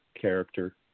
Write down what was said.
character